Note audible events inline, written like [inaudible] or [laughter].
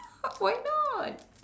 [noise] why not